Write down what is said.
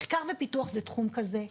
מחקר ופיתוח הוא תחום כזה,